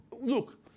look